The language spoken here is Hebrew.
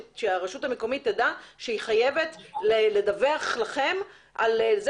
שהרשות המקומית תדע שהיא חייבת לדווח לכם על זה